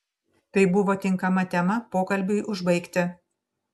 tai buvo tinkama tema pokalbiui užbaigti